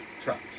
trucks